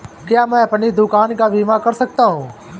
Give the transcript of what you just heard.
क्या मैं अपनी दुकान का बीमा कर सकता हूँ?